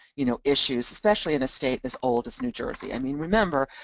you know issues, especially in a state as old as new jersey. i mean remember,